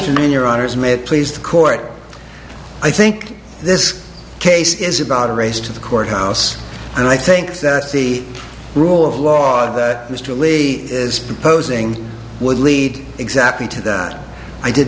to me in your honors mit please the court i think this case is about a race to the courthouse and i think that's the rule of law that mr lee is proposing would lead exactly to that i did